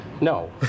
No